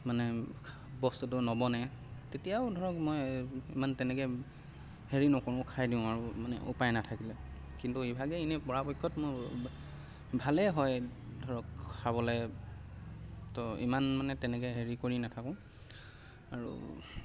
মানে বস্তুটো নবনে তেতিয়াও ধৰক মই ইমান তেনেকৈ হেৰি নকৰোঁ খাই দিওঁ আৰু মানে উপায় নাথাকিলে কিন্তু ইভাগে এনেই পৰাপক্ষত মই ভালে হয় ধৰক খাবলৈ তো ইমান মানে তেনেকৈ হেৰি কৰি নাথাকোঁ আৰু